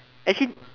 actually